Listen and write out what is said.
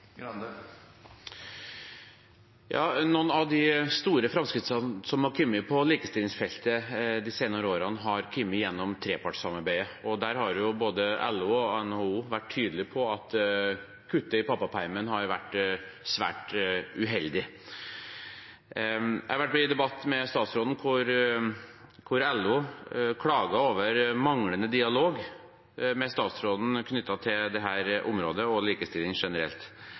Noen av de store framskrittene som har kommet på likestillingsfeltet de senere årene, har kommet gjennom trepartssamarbeidet, og der har både LO og NHO vært tydelige på at kuttet i pappapermen har vært svært uheldig. Jeg har vært med i debatt med statsråden hvor LO klaget over manglende dialog med statsråden knyttet til dette området og likestilling generelt.